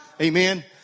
Amen